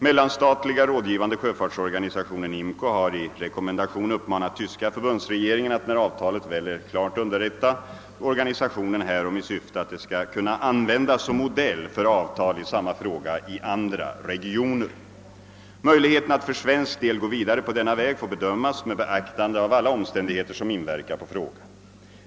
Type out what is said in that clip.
Mellanstatliga rådgivande sjöfartsorganisationen IMCO har i rekommendation uppmanat tyska förbundsregeringen att när avtalet väl är klart underrätta organisationen härom i syfte att det skall kunna användas som modell för avtal i samma fråga i andra regioner. Möjligheterna att för svensk del gå vidare på denna väg får bedömas med beaktande av alla omständigheter som inverkar på frågan.